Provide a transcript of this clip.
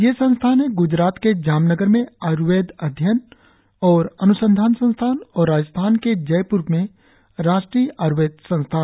ये संस्थान हैं गुजरात के जामनगर में आयुर्वेद अध्ययन और अन्संधान संस्थान और राजस्थान के जयप्र में राष्ट्रीय आयुर्वेद संस्थान